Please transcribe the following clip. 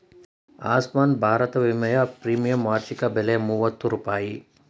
ಆಸ್ಮಾನ್ ಭಾರತ ವಿಮೆಯ ಪ್ರೀಮಿಯಂ ವಾರ್ಷಿಕ ಬೆಲೆ ಮೂವತ್ತು ರೂಪಾಯಿ